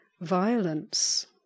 violence